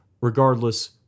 Regardless